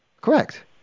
Correct